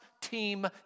team